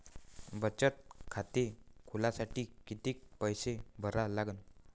बचत खाते खोलासाठी किती पैसे भरा लागन?